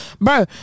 bro